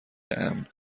امن